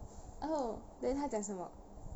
oh then 他讲什么